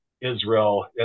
Israel